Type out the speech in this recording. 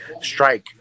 strike